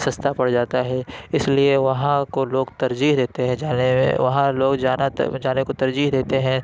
سَستا پر جاتا ہے اِس لیے وہاں کو لوگ ترجیح دیتے ہیں جانے میں وہاں لوگ جانا تر جانے کو ترجیح دیتے ہیں